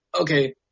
okay